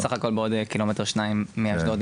והרי מדובר בסך הכל בעוד קילומטר שניים מאשדוד,